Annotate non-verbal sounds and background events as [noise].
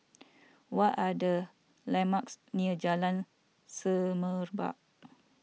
[noise] what are the landmarks near Jalan Semerbak